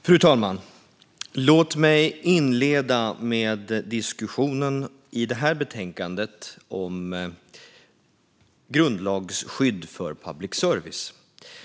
Fru talman! Låt mig inleda med diskussionen i detta betänkande om grundlagsskydd för public service.